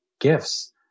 gifts